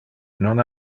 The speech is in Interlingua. non